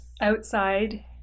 outside